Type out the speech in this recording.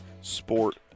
sport